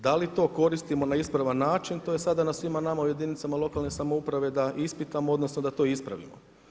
Da li to koristimo na ispravan način to je sada na svima nama u jedinicama lokalne samouprave da ispitamo, odnosno da to ispravimo.